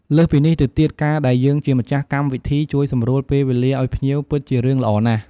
លើសពីនេះទៅទៀត កាលដែលយើងជាម្ចាស់កម្មវិធីជួយសម្រួលពេលវេលាឲ្យភ្ញៀវពិតជារឿងល្អណាស់។